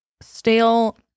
stale